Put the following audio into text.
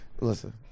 Listen